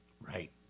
Right